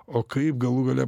o kaip galų gale